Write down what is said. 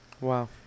Wow